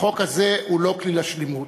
החוק הזה הוא לא כליל השלמות.